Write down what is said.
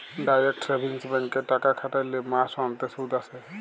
direct savings ব্যাংকে টাকা খ্যাটাইলে মাস অল্তে সুদ আসে